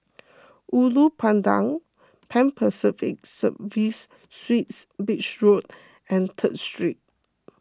Ulu Pandan Pan Pacific Serviced Suites Beach Road and Third Street